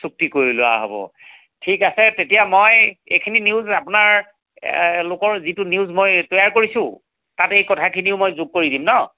চুক্তি কৰি লোৱা হ'ব ঠিক আছে তেতিয়া মই এইখিনি নিউজ আপোনাৰ আপোনালোকৰ যিটো নিউজ মই তৈয়াৰ কৰিছোঁ তাতে এই কথাখিনিও যোগ কৰি দিম ন